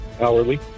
Hourly